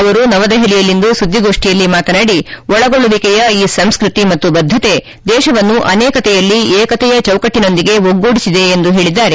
ಅವರು ನವದೆಹಲಿಯಲ್ಲಿಂದು ಸುದ್ದಿಗೋಷ್ಠಿಯಲ್ಲಿ ಮಾತನಾಡಿ ಒಳಗೊಳ್ಳುವಿಕೆಯ ಈ ಸಂಸ್ಕತಿ ಮತ್ತು ಬದ್ಧಕೆ ದೇಶವನ್ನು ಅನೇಕತೆಯಲ್ಲಿ ಏಕತೆಯ ಚೌಕಟ್ಟನೊಂದಿಗೆ ಒಗ್ಗೂಡಿಸಿದೆ ಎಂದು ಹೇಳಿದ್ದಾರೆ